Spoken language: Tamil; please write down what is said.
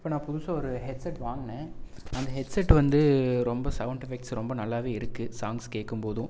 இப்போ நான் புதுசாக ஒரு ஹெட்செட் வாங்கினே அந்த ஹெட்செட் வந்து ரொம்ப சவுண்ட் எஃபெக்ட்ஸ் ரொம்ப நல்லாவே இருக்குது சாங்ஸ் கேட்கும் போதும்